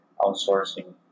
outsourcing